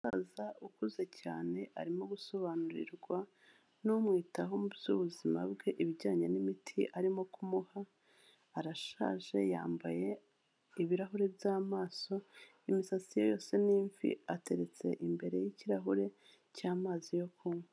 Umusaza ukuze cyane, arimo gusobanurirwa n'umwitaho byubuzima bwe, ibijyanye n'imiti arimo kumuha, arashaje, yambaye ibirahuri by'amaso, imisatsi ye yose n' imvi, ateretse imbere ye ikirahure cy'amazi yo kunywa.